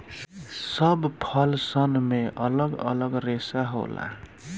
सब फल सन मे अलग अलग रेसा होला